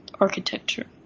architecture